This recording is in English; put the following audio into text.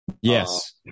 Yes